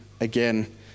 again